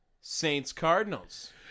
Saints-Cardinals